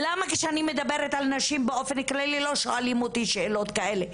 למה כשאני מדברת על נשים באופן כללי לא שואלים אותי שאלות כאלה?